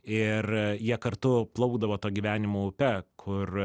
ir jie kartu plaukdavo to gyvenimo upe kur